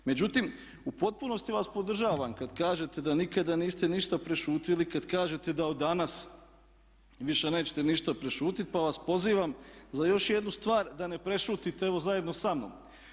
Međutim, u potpunosti vas podržavam kad kažete da nikada niste ništa prešutjeli, kad kažete da od danas više nećete ništa prešutiti, pa vas pozivam za još jednu stvar da ne prešutite evo zajedno sa mnom.